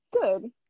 good